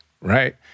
right